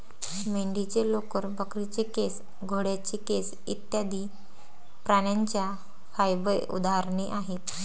मेंढीचे लोकर, बकरीचे केस, घोड्याचे केस इत्यादि प्राण्यांच्या फाइबर उदाहरणे आहेत